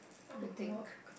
group work